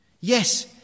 Yes